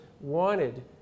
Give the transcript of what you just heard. wanted